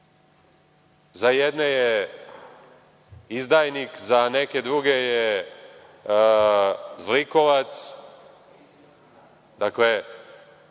za jedne je izdajnik, za neke druge je zlikovac. Ako